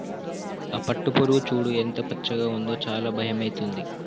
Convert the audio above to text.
ఆ పట్టుపురుగు చూడు ఎంత పచ్చగా ఉందో చాలా భయమైతుంది